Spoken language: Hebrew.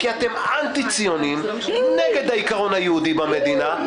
כי אתם אנטי ציונים, נגד העיקרון היהודי במדינה.